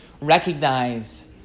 recognized